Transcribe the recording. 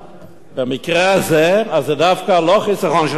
במקרה הזה, זה דווקא לא חיסכון של כסף.